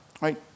right